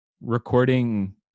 recording